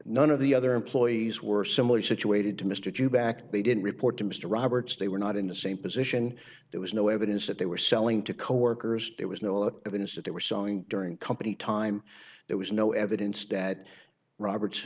none of the other employees were similarly situated to mr due back they didn't report to mr roberts they were not in the same position there was no evidence that they were selling to coworkers there was no evidence that they were selling during company time there was no evidence that roberts